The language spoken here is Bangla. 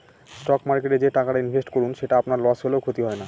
স্টক মার্কেটে যে টাকাটা ইনভেস্ট করুন সেটা আপনার লস হলেও ক্ষতি হয় না